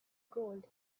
gold